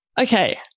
Okay